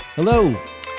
Hello